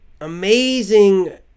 amazing